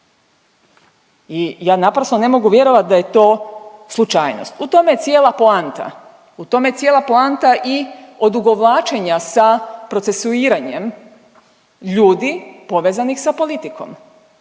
i ja naprosto ne mogu vjerovati da je to slučajnost. U tome je cijela poanta. U tome je cijela poanta odugovlačenja sa procesuiranjem ljudi povezanih sa politikom.